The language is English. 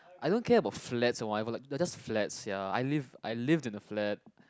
I don't care about flats or whatever like it just flats ya I live I live in the flat